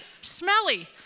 Smelly